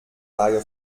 lage